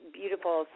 beautiful